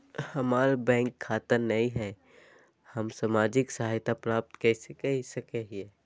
हमार बैंक खाता नई हई, हम सामाजिक सहायता प्राप्त कैसे के सकली हई?